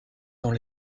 dans